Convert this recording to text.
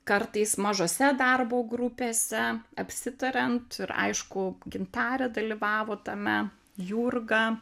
kartais mažose darbo grupėse apsitariant ir aišku gintarė dalyvavo tame jurga